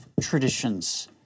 traditions